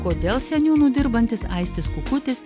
kodėl seniūnu dirbantis aistis kukutis